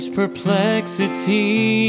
perplexity